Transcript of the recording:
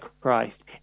Christ